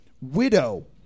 Widow